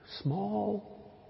Small